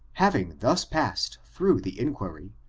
having thus passed through the inquiry,